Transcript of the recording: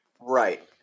Right